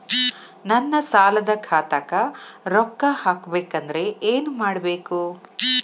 ನನ್ನ ಸಾಲದ ಖಾತಾಕ್ ರೊಕ್ಕ ಹಾಕ್ಬೇಕಂದ್ರೆ ಏನ್ ಮಾಡಬೇಕು?